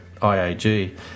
IAG